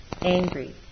angry